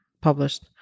published